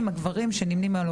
הגיע הזמן שנתקדם.